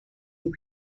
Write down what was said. vous